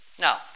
Now